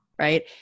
right